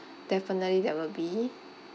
definitely there will be